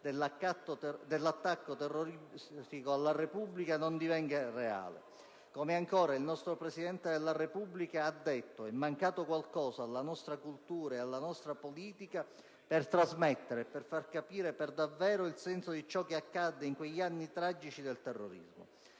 dell'attacco terroristico alla Repubblica, non divenga reale. Il nostro Presidente della Repubblica ha anche detto: «È mancato qualcosa alla nostra cultura e alla nostra politica per trasmettere e far capire davvero il senso di ciò che accadde in quegli anni tragici del terrorismo».